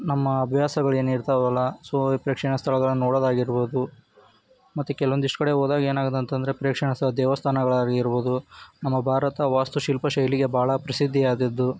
ನಮ್ಮ ಅಭ್ಯಾಸಗಳು ಏನಿರ್ತಾವಲ್ಲ ಸೊ ಈ ಪ್ರೇಕ್ಷಣೀಯ ಸ್ಥಳಗಳನ್ನ ನೋಡೋದಾಗಿರ್ಬೋದು ಮತ್ತೆ ಕೆಲವೊಂದಿಷ್ಟು ಕಡೆ ಹೋದಾಗ ಏನಾಗುತ್ತೆ ಅಂತ ಅಂದ್ರೆ ಪ್ರೇಕ್ಷಣೀಯ ಸ್ಥಳ ದೇವಸ್ಥಾನಗಳಾಗಿರ್ಬೋದು ನಮ್ಮ ಭಾರತ ವಾಸ್ತುಶಿಲ್ಪ ಶೈಲಿಗೆ ಭಾಳ ಪ್ರಸಿದ್ಧಿಯಾದದ್ದು